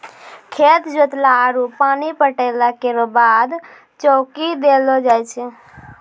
खेत जोतला आरु पानी पटैला केरो बाद चौकी देलो जाय छै?